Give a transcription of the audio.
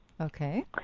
okay